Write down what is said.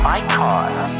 icons